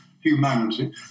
humanity